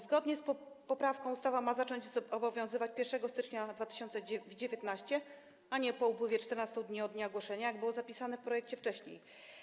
Zgodnie z poprawką ustawa ma zacząć obowiązywać od 1 stycznia 2019 r., a nie po upływie 14 dni od dnia ogłoszenia, jak było zapisane w projekcie wcześniej.